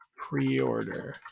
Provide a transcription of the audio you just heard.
pre-order